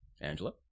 Angela